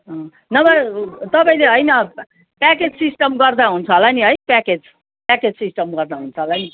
अँ नभए तपाईँले होइन प्याकेज सिस्टम गर्दा हुन्छ होला नि है प्याकेज प्याकेज सिस्टम गर्दा हुन्छ होला नि